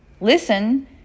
listen